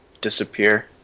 disappear